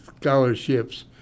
scholarships